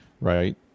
right